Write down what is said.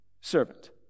servant